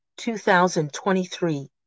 2023